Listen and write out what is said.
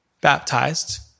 baptized